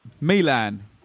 Milan